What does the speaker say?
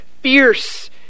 fierce